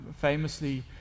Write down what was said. famously